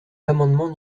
l’amendement